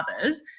others